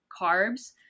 carbs